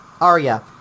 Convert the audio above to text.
Arya